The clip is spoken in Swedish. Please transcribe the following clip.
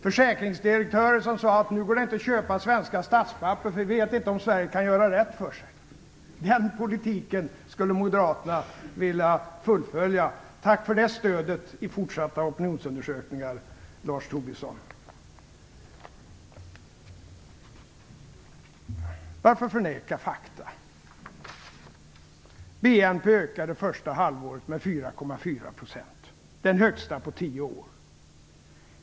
Försäkringsdirektörer sade att det inte gick att köpa svenska statspapper därför att de inte visste om Sverige kunde göra rätt för sig. Den politiken skulle Moderaterna vilja fullfölja. Tack för det stödet i fortsatta opinionsundersökningar, Lars Tobisson! Varför förneka fakta? BNP ökade första halvåret med 4,4 %- den högsta siffran på tio år.